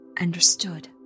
understood